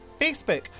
Facebook